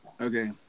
Okay